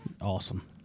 Awesome